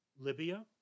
Libya